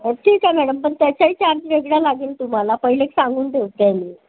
ठीक आहे मॅडम पण त्याचाही चार्ज वेगळा लागेल तुम्हाला पहिलेच सांगून ठेवते आहे मी